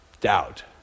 doubt